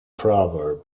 proverb